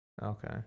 Okay